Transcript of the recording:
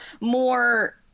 more